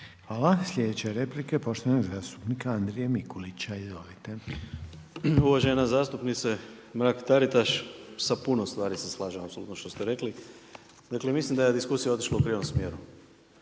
Hvala. Sljedeća replika je poštovanog zastupnika Andrije Mikulića, izvolite. **Mikulić, Andrija (HDZ)** Uvažena zastupnice Mrak Taritaš, sa puno stvari se slažem apsolutno što ste rekli. Dakle, mislim da je diskusija otišla u krivom smjeru.